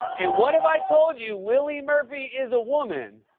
and what if i told you willie murphy is a woman?